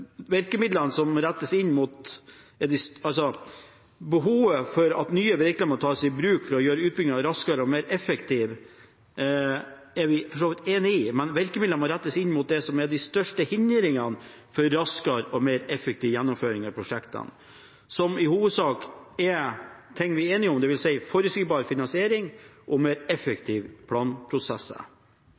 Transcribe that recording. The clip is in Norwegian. virkemidlene må rettes inn mot det som er de største hindringene for raskere og mer effektiv gjennomføring av prosjektene, som i hovedsak er ting vi er enige om, dvs. forutsigbar finansiering og mer effektive planprosesser.